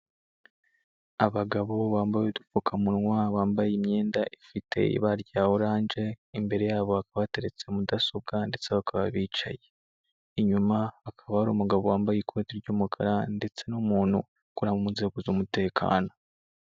Abagabo bambaye udupfukamunwa, bambaye imyenda ifite iba rya oranje, imbere yabo hakaba bateretse mudasobwa, ndetse bakaba bicaye. Inyuma hakaba hari umugabo wambaye ikoti ry'umukara, ndetse n'umuntu ukora mu nzego z'umutekano.